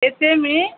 येते मी